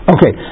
Okay